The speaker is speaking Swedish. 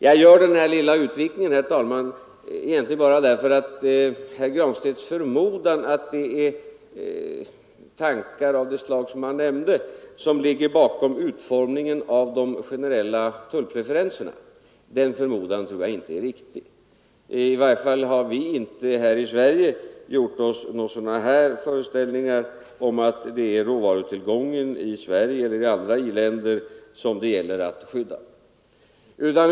Jag gör den här lilla utvikningen, herr talman, med anledning av herr 199 Granstedts förmodan att det är tankar av det slag som han nämnde som ligger bakom utformningen av de generella tullpreferenserna. Den förmodan tror jag inte är riktig. I varje fall har inte vi här i Sverige gjort oss några föreställningar om att det är råvarutillgångarna i Sverige eller några andra i-länder som det gäller att skydda.